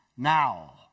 now